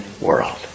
world